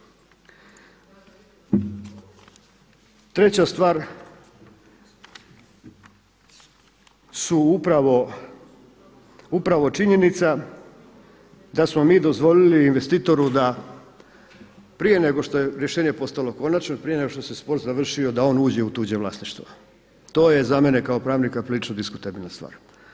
Treća stvar su upravo činjenica da smo mi dozvolili investitoru da prije nego što je rješenje postalo konačno, prije nego što se spor završio da on uđe u tuđe vlasništvo, to je za mene kao pravnika prilično diskutabilna stvar.